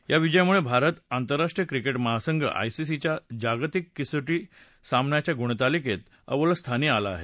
या विजयामुळे भारत आंतरराष्ट्रीय क्रिकेट महासंघ आयसीसीच्या जागतिक कसोटी सामन्याच्या गुणतालिकेत अव्वल स्थानी आला आहे